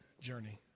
journey